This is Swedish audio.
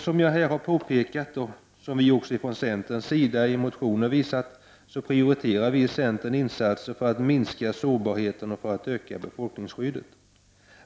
Som jag här har påpekat, och som vi från centerns sida också i motioner visat, prioriterar vi i centern insatser för att minska sårbarheten och för att öka befolkningsskyddet.